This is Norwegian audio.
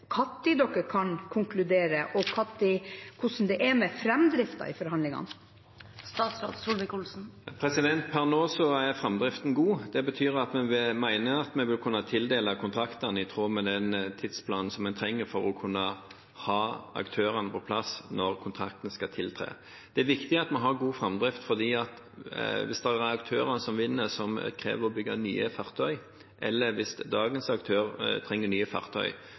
konkludere, og hvordan det er med framdriften i forhandlingene? Per nå er framdriften god, og det betyr at vi mener å kunne tildele kontraktene i tråd med den tidsplanen en trenger for å kunne ha aktørene på plass når kontraktene skal tiltres. Det er viktig at vi har god framdrift, for hvis vinnende aktører krever å bygge nye fartøy, eller hvis dagens aktører trenger nye fartøy,